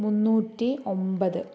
മുന്നൂറ്റി ഒൻപത്